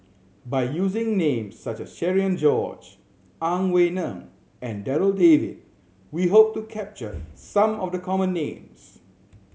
by using names such as Cherian George Ang Wei Neng and Darryl David we hope to capture some of the common names